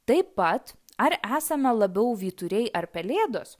taip pat ar esame labiau vyturiai ar pelėdos